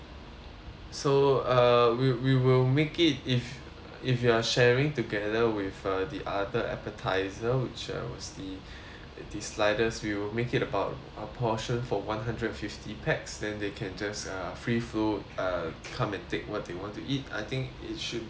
so uh we we will make it if if you are sharing together with uh the other appetiser which uh was the the sliders we'll make it about a portion for one hundred fifty pax then they can just uh free flow uh come and take what they want to eat I think it should be